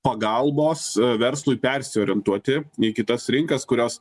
pagalbos verslui persiorientuoti į kitas rinkas kurios